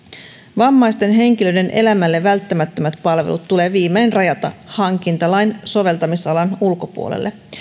vammaisten henkilöiden elämälle välttämättömät palvelut tulee viimein rajata hankintalain soveltamisalan ulkopuolelle